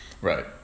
Right